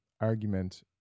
argument